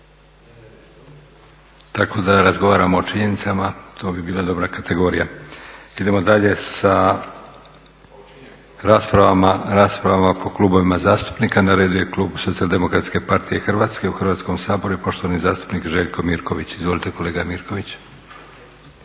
Tako da razgovaramo o činjenicama to bi bila dobra kategorija. Idemo dalje sa raspravama po klubovima zastupnika. Na redu je klub SDP-a Hrvatske u Hrvatskom saboru i poštovani zastupnik Željko Mirković. Izvolite kolega Mirković.